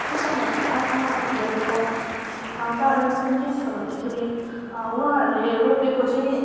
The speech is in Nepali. किसानहरूको आत्महत्याको कारण चाहिँ के छ भन्दाखेरि उहाँहरूले रोपेको चाहिँ